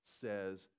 says